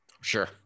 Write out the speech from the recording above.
Sure